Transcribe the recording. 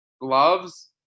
gloves